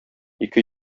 ике